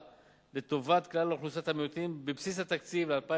לטובת כלל אוכלוסיית המיעוטים בבסיס התקציב לשנים